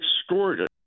extraordinary